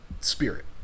spirit